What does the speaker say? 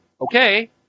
okay